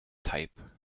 type